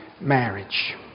marriage